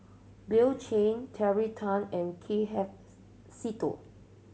Bill Chen Terry Tan and K F Seetoh